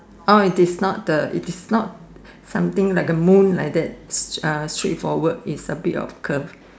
orh it is not the it is not something like a moon like that s~ uh straight forward is a bit of a curve